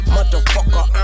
Motherfucker